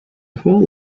whole